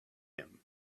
him